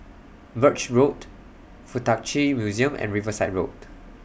Birch Road Fuk Tak Chi Museum and Riverside Road